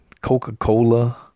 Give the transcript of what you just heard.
Coca-Cola